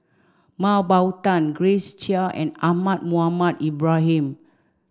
Mah Bow Tan Grace Chia and Ahmad Mohamed Ibrahim